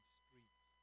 streets